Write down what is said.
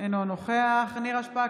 אינו נוכח נירה שפק,